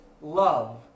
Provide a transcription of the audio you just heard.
love